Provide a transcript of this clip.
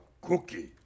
cookie